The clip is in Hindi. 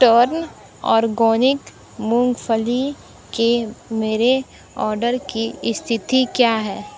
टर्न ऑर्गोनिक मूँगफली के मेरे ऑर्डर की स्थिति क्या है